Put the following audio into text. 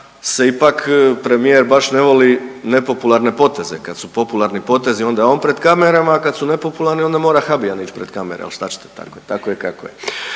se ipak baš premijer ne voli nepopularne poteze, kad su popularni potezi onda je on pred kamerama, a kad su nepopularni onda mora Habijan ići pred kamere, ali šta ćete tako je, tako je kako je.